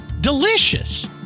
delicious